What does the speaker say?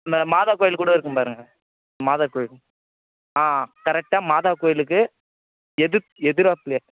இந்த மாதா கோவில் கூட இருக்கும் பாருங்கள் மாதா கோவில் ஆ கரெக்டாக மாதா கோவிலுக்கு எதிர்த் எதிராப்புலே